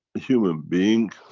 human being